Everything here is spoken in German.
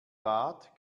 bad